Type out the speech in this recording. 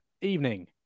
evening